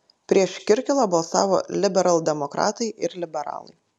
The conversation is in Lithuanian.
prieš kirkilą balsavo liberaldemokratai ir liberalai